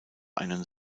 einen